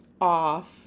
off